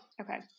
Okay